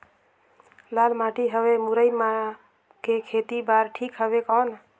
लाल माटी हवे मुरई के खेती बार ठीक हवे कौन?